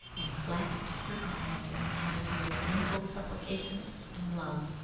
and clasped her garments in an attitude of mingled supplication and love.